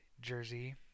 jersey